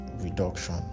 reduction